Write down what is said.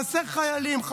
חסרים חיילים,